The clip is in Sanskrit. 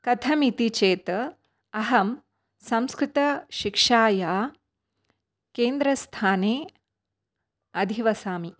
कथम् इति चेत् अहं संस्कृतशिक्षाय केन्द्रस्थाने अधिवसामि